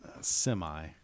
Semi